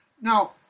Now